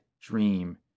dream